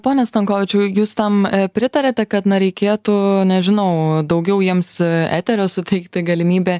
pone stankovičiau jūs tam pritariate kad na reikėtų nežinau daugiau jiems eterio suteikti galimybę